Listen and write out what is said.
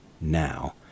now